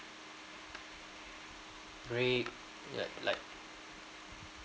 great like like